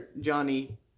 Johnny